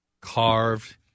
carved